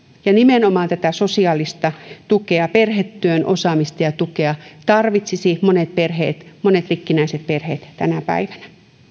nimenomaan tätä sosiaalista tukea perhetyön osaamista ja tukea tarvitsisivat monet rikkinäiset perheet tänä päivänä